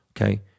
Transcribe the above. okay